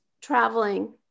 traveling